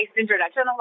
introduction